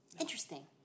Interesting